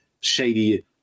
shady